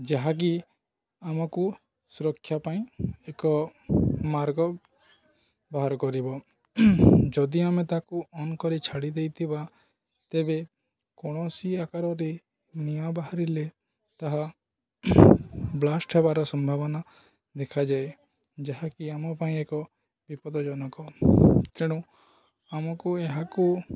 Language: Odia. ଯାହାକି ଆମକୁ ସୁରକ୍ଷା ପାଇଁ ଏକ ମାର୍ଗ ବାହାର କରିବ ଯଦି ଆମେ ତାକୁ ଅନ୍ କରି ଛାଡ଼ି ଦେଇଥିବା ତେବେ କୌଣସି ଆକାରରେ ନିଆଁ ବାହାରିଲେ ତାହା ବ୍ଲାଷ୍ଟ ହେବାର ସମ୍ଭାବନା ଦେଖାଯାଏ ଯାହାକି ଆମ ପାଇଁ ଏକ ବିପଦଜନକ ତେଣୁ ଆମକୁ ଏହାକୁ